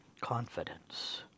confidence